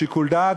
שיקול דעת,